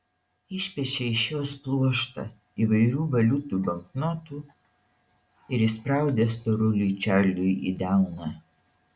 išpešė iš jos pluoštą įvairių valiutų banknotų ir įspraudė storuliui čarliui į delną